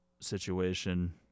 situation